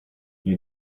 you